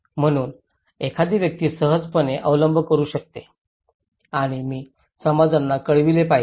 म्हणून एखादी व्यक्ती सहजपणे अवलंब करू शकते आणि ती समाजांना कळविली पाहिजे